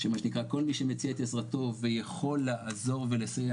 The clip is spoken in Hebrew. שמה שנקרא כל מי שמציע את עזרתו ויכול לעזור ולסייע,